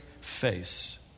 face